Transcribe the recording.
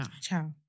Ciao